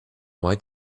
why